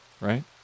right